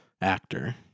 actor